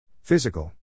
Physical